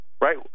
right